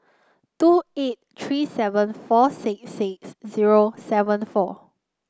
two eight three seven four six six zero seven four